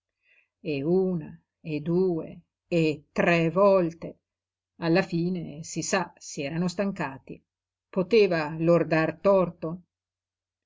e una e due e tre volte alla fine si sa s'erano stancati poteva loro dar torto